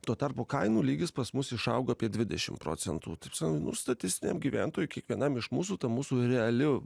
tuo tarpu kainų lygis pas mus išaugo apie dvidešim procentų taip sakant nu statistiniam gyventojui kiekvienam iš mūsų ta mūsų reali